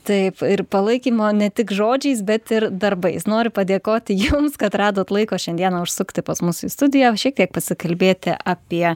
taip ir palaikymo ne tik žodžiais bet ir darbais noriu padėkoti jums kad radot laiko šiandieną užsukti pas mus į studiją šiek tiek pasikalbėti apie